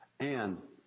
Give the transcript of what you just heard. and,